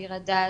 ביר הדאג',